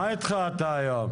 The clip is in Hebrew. בני, מה איתך היום?